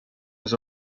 was